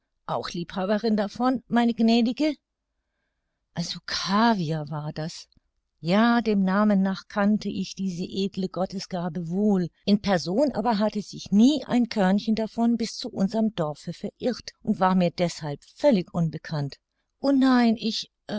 auch liebhaberin davon meine gnädige also caviar war das ja dem namen nach kannte ich diese edle gottesgabe wohl in person aber hatte sich nie ein körnchen davon bis zu unserm dorfe verirrt und war mir deshalb völlig unbekannt o nein ich